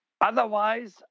Otherwise